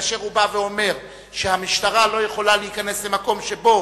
כאשר הוא בא ואומר שהמשטרה לא יכולה להיכנס מקום שבו